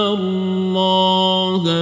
Allah